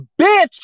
bitch